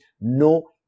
no